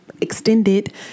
extended